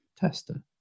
tester